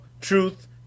truth